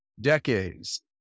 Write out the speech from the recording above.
decades